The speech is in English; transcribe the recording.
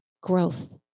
growth